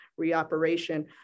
reoperation